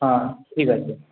হ্যাঁ ঠিক আছে